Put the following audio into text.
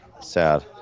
Sad